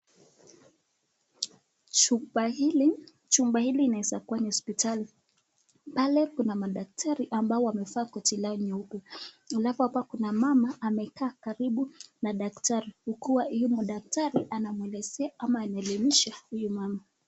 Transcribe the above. Chumba hili inaweza kuwa ni hosiptali, pale kuna madaktari ambao wamevaa koti lao nyeupe, halafu hapa kuna mama amekaa karibu na daktari, huku daktari anamwelezea ama anamwelimisha huyu mama.